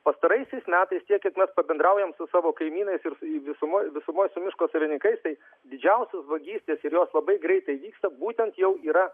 pastaraisiais metais tiek kiek mes pabendraujam su savo kaimynais ir visumoj visumoj su miško savininkais tai didžiausios vagystės ir jos labai greitai įvyksta būtent jau yra